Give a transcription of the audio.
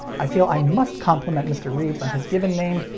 i feel i must compliment mr. reeves on his given name,